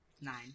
Nine